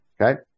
Okay